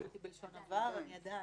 לא הייתי, בלשון עבר, אני עדיין.